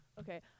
Okay